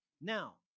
Now